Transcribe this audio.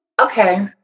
okay